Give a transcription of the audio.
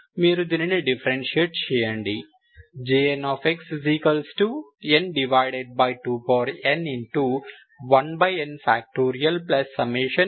మీరు దీనిని డిఫరెన్షియేట్ చేయండి Jn n2n 1n